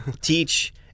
teach